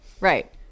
right